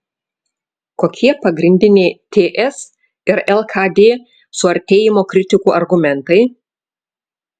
kokie pagrindiniai ts ir lkd suartėjimo kritikų argumentai